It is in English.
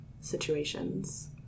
situations